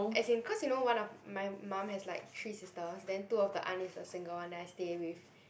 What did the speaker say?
as in cause you know one of my mum has like three sisters then two of the aunt is the single one that I stay with